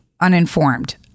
Uninformed